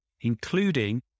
including